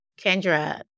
Kendra